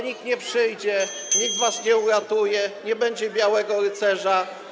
Nikt nie przyjdzie, nikt was nie uratuje, nie będzie białego rycerza.